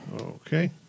Okay